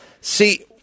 see